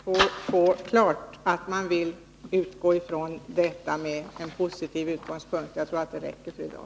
Herr talman! Jag tackar för det svaret. Jag är nöjd med att det klart har utsagts att regeringen vill behandla frågan från en positiv utgångspunkt. Jag tror att det räcker för i dag.